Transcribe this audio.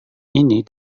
ini